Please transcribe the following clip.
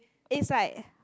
is like